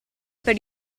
per